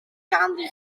ganddi